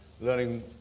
learning